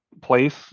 place